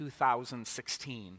2016